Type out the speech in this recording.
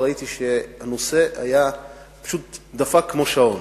וראיתי שהנושא פשוט דפק כמו שעון.